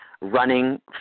running